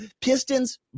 Pistons